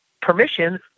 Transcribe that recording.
permission